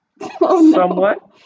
somewhat